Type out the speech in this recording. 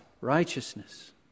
righteousness